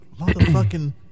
motherfucking